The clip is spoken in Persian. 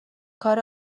کار